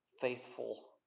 faithful